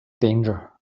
danger